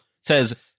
says